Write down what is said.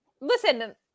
listen